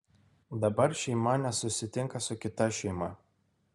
dabar šeima nesusitinka su kita šeima